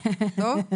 טוב?